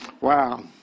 Wow